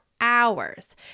hours